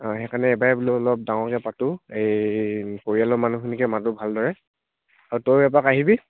সেইকাৰণে এইবাৰে বোলো অলপ ডাঙৰকৈ পাতো এই পৰিয়ালৰ মানুহখিনিকে মাতো ভালদৰে আৰু তই এপাক আহিবি